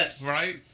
Right